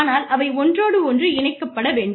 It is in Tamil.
ஆனால் அவை ஒன்றோடொன்று இணைக்கப்பட வேண்டும்